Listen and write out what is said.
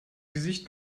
gesicht